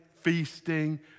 feasting